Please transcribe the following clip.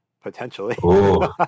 potentially